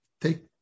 take